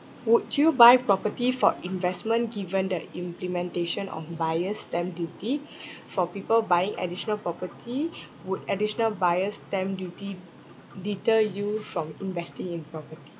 would you buy property for investment given the implementation of buyer's stamp duty for people buying additional property would additional buyer's stamp duty deter you from investing in property